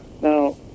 Now